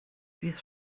fydd